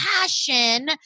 passion